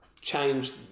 change